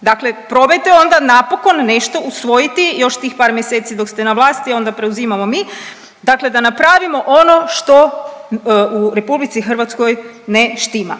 Dakle, probajte onda napokon nešto usvojiti još tih par mjeseci dok ste na vlasti onda preuzimamo mi, dakle da napravimo ono što u RH ne štima.